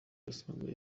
basanga